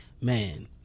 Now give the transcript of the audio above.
man